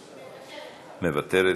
מוותרת,